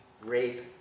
rape